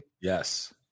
yes